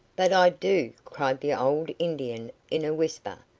but i do, cried the old indian, in a whisper.